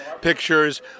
pictures